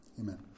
amen